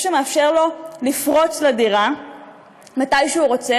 שמאפשר לו לפרוץ לדירה מתי שהוא רוצה,